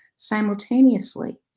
simultaneously